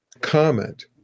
comment